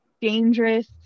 dangerous